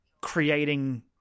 creating